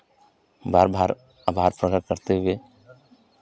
बार बार आभार प्रकट करते हुए